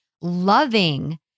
loving